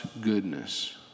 goodness